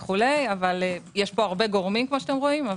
יש פה הרבה גורמים, כפי שאתם רואים.